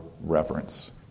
reverence